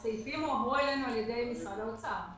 הסעיפים הועברו לנו על ידי משרד האוצר.